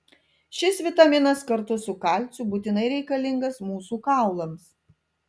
šis vitaminas kartu su kalciu būtinai reikalingas mūsų kaulams